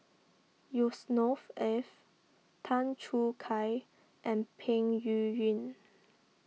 Yusnor Ef Tan Choo Kai and Peng Yuyun